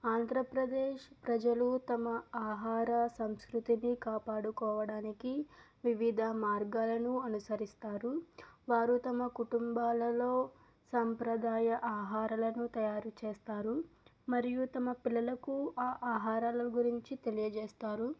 ఆంధ్రప్రదేశ్ ప్రజలు తమ ఆహార సంస్కృతిని కాపాడుకోవడానికి వివిధ మార్గాలను అనుసరిస్తారు వారు తమ కుటుంబాలలో సంప్రదాయ ఆహారలను తయారు చేస్తారు మరియు తమ పిల్లలకు ఆ ఆహారాలు గురించి తెలియజేస్తారు